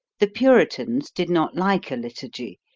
the puritans did not like a liturgy.